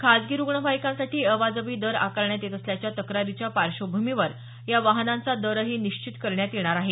खासगी रुग्णवाहिकांसाठी अवाजवी दर आकारण्यात येत असल्याच्या तक्रारीच्या पार्श्वभूमीवर या वाहनांचा दरही निश्चित करण्यात येणार आहे